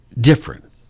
different